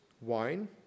wine